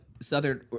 Southern